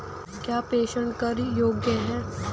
क्या प्रेषण कर योग्य हैं?